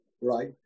right